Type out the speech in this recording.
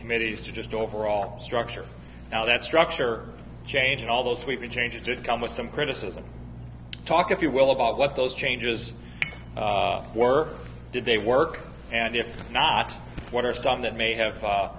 committees to just overall structure now that structure change and all those we've changed to come with some criticism talk if you will about what those changes were did they work and if not what are some that may have